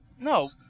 No